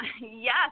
yes